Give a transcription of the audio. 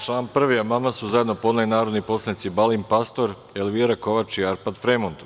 Na član 1. amandman su zajedno podneli narodni poslanici Balint Pastor, Elvira Kovač i Arpad Fremond.